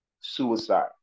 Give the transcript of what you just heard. suicide